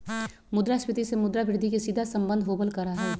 मुद्रास्फीती से मुद्रा वृद्धि के सीधा सम्बन्ध होबल करा हई